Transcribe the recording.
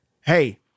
hey